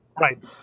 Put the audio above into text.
Right